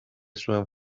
zuen